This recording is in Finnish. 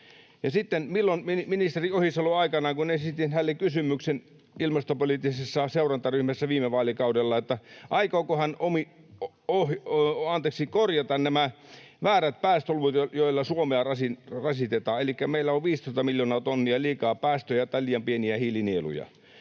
tehdään? Ministeri Ohisalo aikanaan, kun esitin hänelle ilmastopoliittisessa seurantaryhmässä viime vaalikaudella kysymyksen, aikooko hän korjata nämä väärät päästöluvut, joilla Suomea rasitetaan... Elikkä meillä on 15 miljoonaa tonnia liikaa päästöjä tai liian pieniä hiilinieluja.